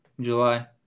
July